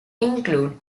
include